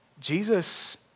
Jesus